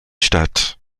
stadt